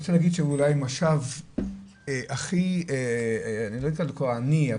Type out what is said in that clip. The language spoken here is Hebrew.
זה אולי המושב הכי עני.